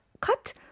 cut